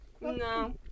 no